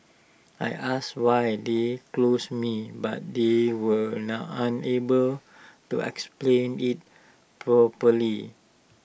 I asked why they close me but they were unable to explain IT properly